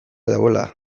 daudela